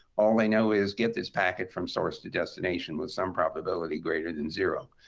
all they know is, get this packet from source to destination with some probability greater than zero.